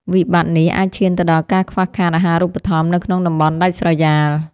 វិបត្តិនេះអាចឈានទៅដល់ការខ្វះខាតអាហារូបត្ថម្ភនៅក្នុងតំបន់ដាច់ស្រយាល។